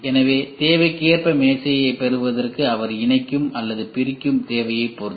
எனவே தேவைக்கு ஏற்ப மேசையைப் பெறுவதற்கு அவர் இணைக்கும் அல்லது பிரிக்கும் தேவையைப் பொறுத்து